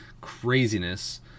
craziness